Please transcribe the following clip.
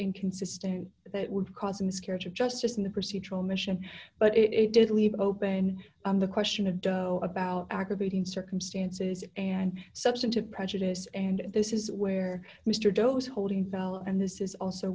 inconsistent that would cause a miscarriage of justice in the procedural mission but it did leave open the question of doe about aggravating circumstances and substantive prejudice and this is where mister doe's holding fell and this is also